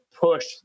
push